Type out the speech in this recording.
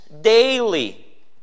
daily